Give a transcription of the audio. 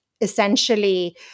essentially